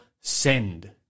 send